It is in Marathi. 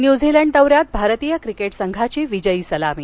न्यूझीलंड दौर्या त भारतीय क्रिकेट संघाची विजयी सलामी